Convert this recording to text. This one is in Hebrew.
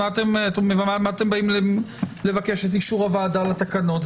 בשביל מה אתם באים לבקש את אישור הוועדה לתקנות?